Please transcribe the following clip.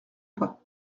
pas